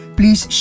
please